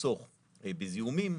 נחסוך בזיהומים,